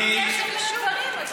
אבל מישהו פה מתייחס אליו כאל,